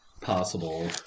possible